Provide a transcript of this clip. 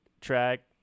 track